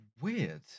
weird